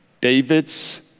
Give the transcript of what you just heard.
David's